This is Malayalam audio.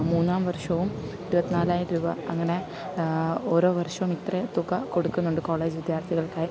മൂന്നാം വർഷവും ഇരുപത്തിനാലായിരം രൂപ അങ്ങനെ ഓരോ വർഷവും ഇത്ര തുക കൊടുക്കുന്നുണ്ട് കോളേജ് വിദ്യാർത്ഥികൾക്കായി